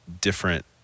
different